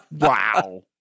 Wow